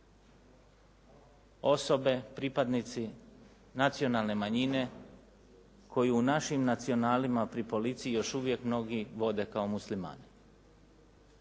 osobe pripadnici nacionalne manjine koju u našim nacionalima pri policiji još uvijek mnogi vode kao Muslimani.